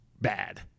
bad